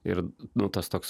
ir nu tas toks